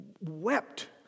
wept